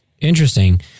Interesting